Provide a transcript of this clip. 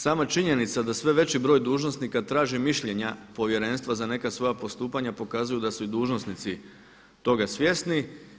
Sama činjenica da sve veći broj dužnosnika traži mišljenja Povjerenstva za neka svoja postupanja pokazuju da su i dužnosnici toga svjesni.